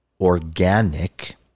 organic